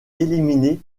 éliminer